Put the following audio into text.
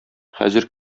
хәзер